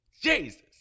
Jesus